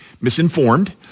misinformed